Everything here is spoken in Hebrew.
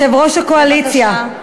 יושב-ראש הקואליציה.